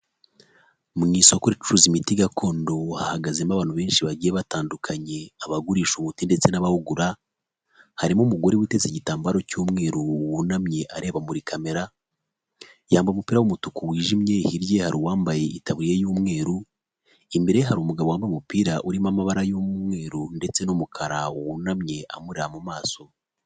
Mu isoko ricuruza imiti gakondo hahagazemo abantu benshi bagiye batandukanye abagurisha umuti ndetse n'abawugura. Harimo umugore witeze igitambaro cy'umweru wunamye areba muri kamera. Yambaye umupira w'umutuku wijimye. Hirya ye hari uwambaye itaburiya y'umweru. Imbere ye hari umugabo wambaye umupira urimo amabara y'umweru ndetse n'umukara wunamye amureba mu maso.